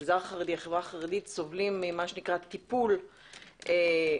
החברה החרדית סובלים ממה שנקרא טיפול אלים,